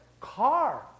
car